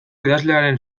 idazlearen